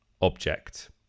object